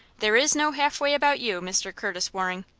there is no halfway about you, mr. curtis waring.